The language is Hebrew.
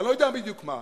אני לא יודע בדיוק מה.